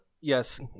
Yes